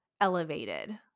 elevated